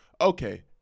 Okay